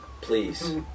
Please